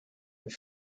have